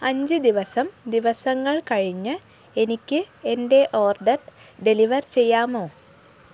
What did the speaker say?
അഞ്ച് ദിവസം ദിവസങ്ങൾ കഴിഞ്ഞ് എനിക്ക് എന്റെ ഓർഡർ ഡെലിവർ ചെയ്യാമോ